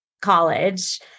college